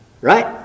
Right